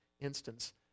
instance